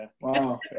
Wow